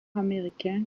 américain